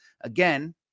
Again